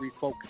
refocus